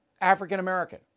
African-American